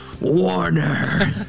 Warner